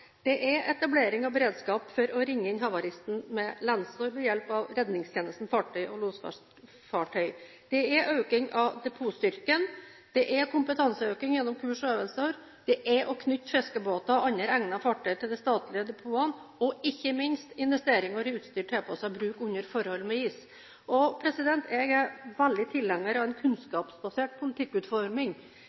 Det er etablering av beredskap for å ringe inn havaristen med lenser ved hjelp av Redningstjenesten, fartøy og losfartøy. Det er en økning av depotstyrken. Det er kompetanseøkning gjennom kurs og øvelser. Det er å knytte fiskebåter og andre egnede fartøy til de statlige depotene og, ikke minst, investeringer i utstyr tilpasset bruk under forhold med is. Jeg er veldig tilhenger av en kunnskapsbasert politikkutforming,